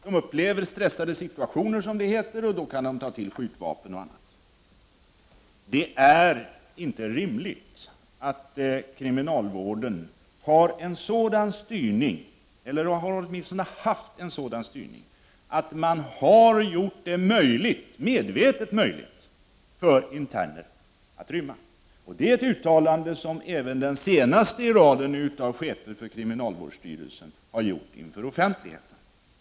I s.k. stressituationer kan de ta till skjutvapen och annat. Det är inte rimligt att kriminalvården har haft en sådan styrning att man medvetet har gjort det möjligt för interner att rymma. Det är ett uttalande som även den senaste i raden av chefer för kriminalvårdsstyrelsen har gjort inför offentligheten.